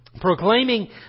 proclaiming